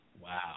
Wow